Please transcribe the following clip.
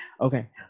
okay